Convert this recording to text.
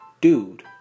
Dude